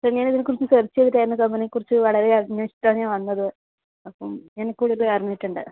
sir ഞാൻ ഇതിനെക്കുറിച്ചു search ചെയ്തിട്ടായിരുന്നു കമ്പനിയെക്കുറിച്ച് വളരെ അന്വേഷിച്ചിട്ടാണ് ഞാൻ വന്നത് അപ്പം ഞാൻ ഇതിൽക്കൂടുതൽ അറിഞ്ഞിട്ടുണ്ട്